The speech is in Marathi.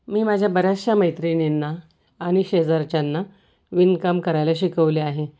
मी माझ्या बऱ्याचशा मैत्रिणींना आणि शेजारच्यांना विणकाम करायला शिकवले आहे